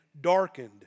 darkened